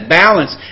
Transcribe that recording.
balance